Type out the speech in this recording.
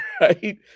right